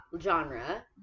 genre